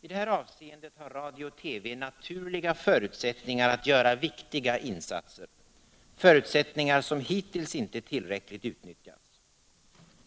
I det här avseendet har radio och TV naturliga förutsättningar att göra viktiga insatser, förutsättningar som hittills inte tillräckligt utnyttjats.